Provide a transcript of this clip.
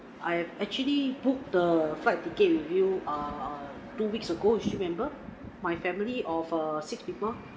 I've actually booked the flight ticket with you err two weeks ago do you remember my family of uh six people